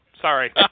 Sorry